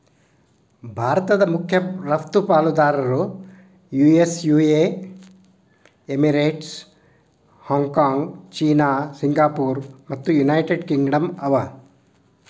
ಭಾರತದ್ ಮಖ್ಯ ರಫ್ತು ಪಾಲುದಾರರು US UA Emirates, Hong Kong China Singapore ಮತ್ತು ಯುನೈಟೆಡ್ ಕಿಂಗ್ಡಮ್ ಅವ